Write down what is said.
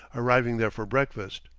arriving there for breakfast.